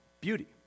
beauty